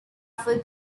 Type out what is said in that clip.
offer